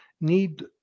need